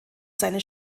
seine